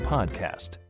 Podcast